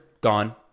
gone